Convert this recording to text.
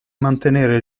mantenere